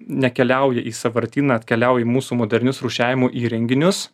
nekeliauja į sąvartyną atkeliauja į mūsų modernius rūšiavimo įrenginius